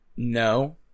No